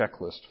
checklist